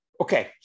okay